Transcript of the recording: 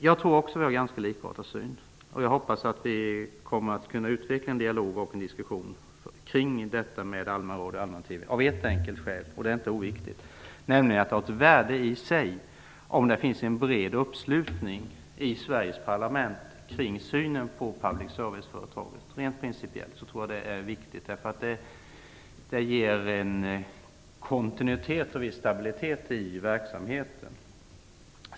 Jag tror också att vi har en ganska likartad syn på den frågan. Jag hoppas att vi kommer att kunna utveckla en dialog och en diskussion kring allmän-TV och allmänradio av ett skäl - och det är inte oviktigt. Det har nämligen ett värde i sig om det finns en bred uppslutning i Sveriges parlament kring synen på public service-företag. Rent principiellt tror jag att det är viktigt. Det ger en kontinuitet och en viss stabilitet i verksamheten.